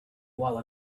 while